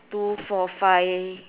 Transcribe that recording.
two four five